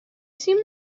seen